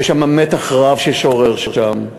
מתח רב שורר שם.